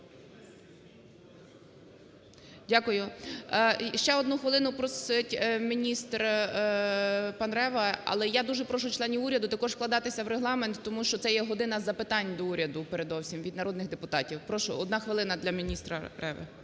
Дякую. Ще 1 хвилину просить міністр пан Рева. Але я дуже прошу членів уряду також вкладатися в регламент, тому що це є "година запитань до Уряду" передовсім від народних депутатів. Прошу, 1 хвилина для міністра Реви.